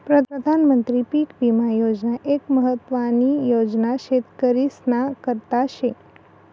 प्रधानमंत्री पीक विमा योजना एक महत्वानी योजना शेतकरीस्ना करता शे